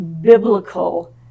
biblical